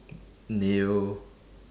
ne-yo